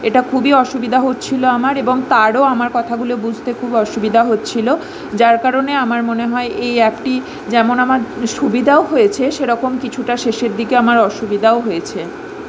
এটা খুবই অসুবিধা হচ্ছিলো আমার এবং তারও আমার কথাগুলো বুঝতে খুব অসুবিধা হচ্ছিলো যার কারণে আমার মনে হয় এই অ্যাপটি যেমন আমার সুবিধাও হয়েছে সেরকম কিছুটা শেষের দিকে আমার অসুবিধাও হয়েছে